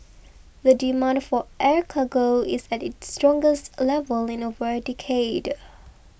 the demand for air cargo is at its strongest level in over a decade